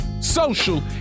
social